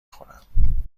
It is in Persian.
خورم